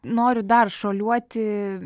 noriu dar šuoliuoti